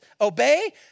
obey